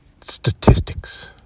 statistics